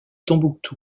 tombouctou